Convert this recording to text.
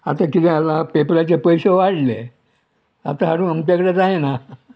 आतां किदें जालां पेपराचें पयशे वाडले आतां हाडूं आमचे कडेन जायना